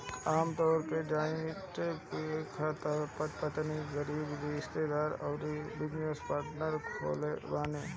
आमतौर पअ जॉइंट खाता पति पत्नी, करीबी रिश्तेदार अउरी बिजनेस पार्टनर खोलत बाने